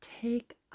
take